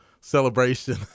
celebration